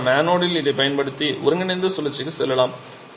இப்போது நாம் அனோடில் இதைப் பயன்படுத்தி ஒருங்கிணைந்த சுழற்சிக்கு செல்லலாம்